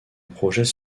projet